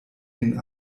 den